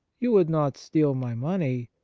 you would not steal my money,